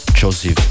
Joseph